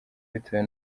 bitewe